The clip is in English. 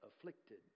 afflicted